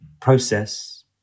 process